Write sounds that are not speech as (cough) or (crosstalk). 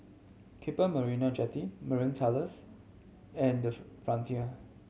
Keppel Marina Jetty Marine Terrace and The (unintelligible) Frontier